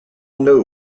knew